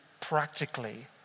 practically